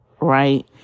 right